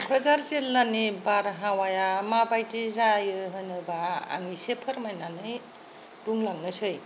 क'क्राझार जिल्लानि बारहावाया माबायदि जायो होनोबा आं एसे फोरमायनानै बुंलांनोसै